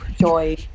joy